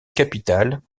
capitale